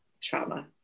trauma